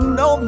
no